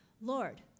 Lord